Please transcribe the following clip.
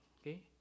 okay